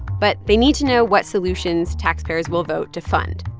but they need to know what solutions taxpayers will vote to fund.